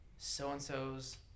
So-and-so's